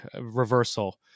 reversal